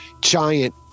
giant